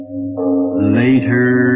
later